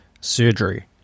surgery